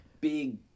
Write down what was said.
big